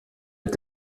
mit